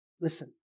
Listen